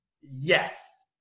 Yes